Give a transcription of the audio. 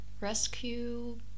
rescue